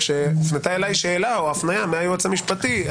כשהופנתה אליי שאלה או הפניה מהייעוץ המשפטי,